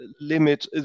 limit